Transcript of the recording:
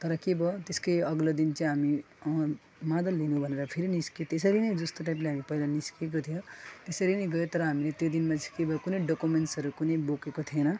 तर के भयो त्यसकै अघिल्लो दिन चाहिँ हामी मादल लिनु भनेर फेरि निस्क्यो त्यसरी नै जस्तो टाइपले हामी पहिला निस्केको थियो त्यसरी नै गयो तर हामीले त्यो दिनमा चाहिँ के भयो कुनै डकुमे्ट्सहरू कुनै बोकेको थिएन